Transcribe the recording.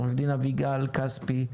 עו"ד אביגל כספי,